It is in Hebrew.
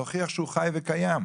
להוכיח שהוא חי וקיים.